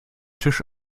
tisch